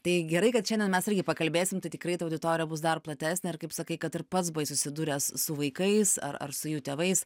tai gerai kad šiandien mes irgi pakalbėsim tai tikrai ta auditorija bus dar platesnė ir kaip sakai kad ir pats buvai susidūręs su vaikais ar ar su jų tėvais